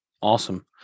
Awesome